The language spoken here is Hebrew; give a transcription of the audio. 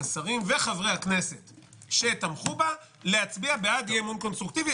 השרים וחברי הכנסת שתמכו בה להצביע בעד אי-אמון קונסטרוקטיבי